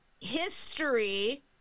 history